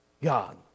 God